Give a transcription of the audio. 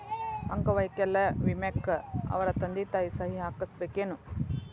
ಅಂಗ ವೈಕಲ್ಯ ವಿಮೆಕ್ಕ ಅವರ ತಂದಿ ತಾಯಿ ಸಹಿ ಹಾಕಸ್ಬೇಕೇನು?